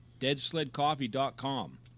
Deadsledcoffee.com